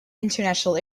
international